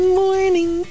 morning